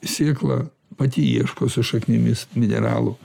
sėkla pati ieško su šaknimis mineralų